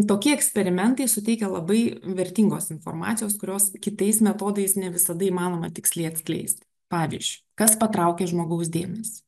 tokie eksperimentai suteikia labai vertingos informacijos kurios kitais metodais ne visada įmanoma tiksliai atskleisti pavyzdžiui kas patraukia žmogaus dėmesį